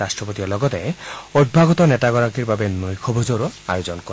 ৰট্টপতিয়ে লগতে অভ্যাগত নেতাগৰাকীৰ বাবে নৈশ ভোজৰো আয়োজন কৰে